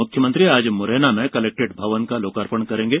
मुख्यमंत्री आज मुरैना में कलेक्ट्रेट भवन का लोकार्पण करेंगे